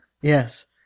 Yes